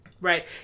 right